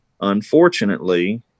unfortunately